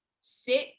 sit